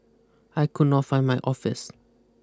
I could not find my office